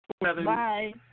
Bye